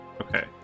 Okay